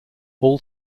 all